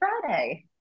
Friday